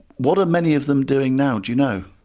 what are many of them doing now, do you know?